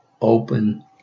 open